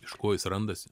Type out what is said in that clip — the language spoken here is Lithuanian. iš ko jis randasi